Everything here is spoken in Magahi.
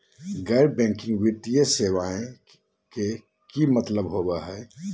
गैर बैंकिंग वित्तीय सेवाएं के का मतलब होई हे?